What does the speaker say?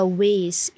ways